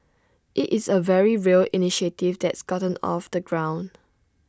IT is A very real initiative that's gotten off the ground